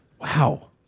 Wow